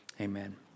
amen